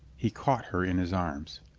he caught her in his arms.